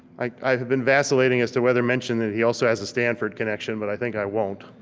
i've been vacillating as to whether mention that he also has a stanford connection, but i think i won't.